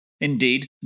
Indeed